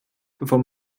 bevor